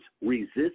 Resist